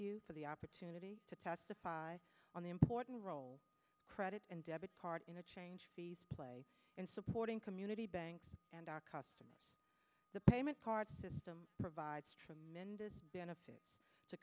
you for the opportunity to testify on the important role credit and debit card interchange fees play in supporting community banks and our customers the payment card system provides tremendous benefit to